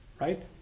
right